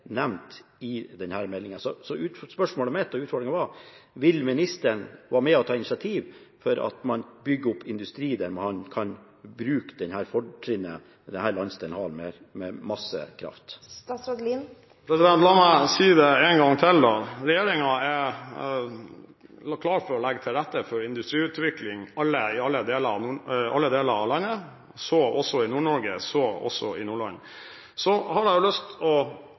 nevnt i denne meldingen. Spørsmålet mitt, min utfordring, er: Vil ministeren være med og ta initiativ til å bygge opp industri der man kan bruke det fortrinnet denne landsdelen har i form av masse kraft? La meg si det en gang til: Regjeringen er klar til å legge til rette for industriutvikling i alle deler av landet, så også i Nord-Norge, så også i Nordland. Representanten Juvik kommer fra en av de delene i Nord-Norge som er virkelig store på kraftkrevende industri. De grepene man gjorde der for mange generasjoner siden, handlet om å